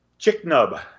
Chicknub